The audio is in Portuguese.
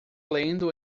lendo